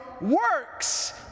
works